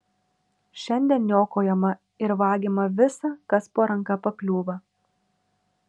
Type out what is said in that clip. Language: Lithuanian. šiandien niokojama ir vagiama visa kas po ranka pakliūva